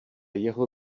jeho